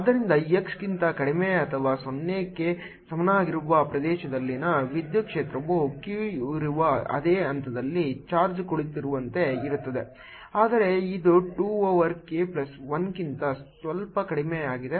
ಆದ್ದರಿಂದ x ಗಿಂತ ಕಡಿಮೆ ಅಥವಾ 0 ಕ್ಕೆ ಸಮನಾಗಿರುವ ಪ್ರದೇಶದಲ್ಲಿನ ವಿದ್ಯುತ್ ಕ್ಷೇತ್ರವು q ಇರುವ ಅದೇ ಹಂತದಲ್ಲಿ ಚಾರ್ಜ್ ಕುಳಿತಿರುವಂತೆ ಇರುತ್ತದೆ ಆದರೆ ಇದು 2 ಓವರ್ k ಪ್ಲಸ್ 1 ಕ್ಕಿಂತ ಸ್ವಲ್ಪ ಕಡಿಮೆ ಆಗಿದೆ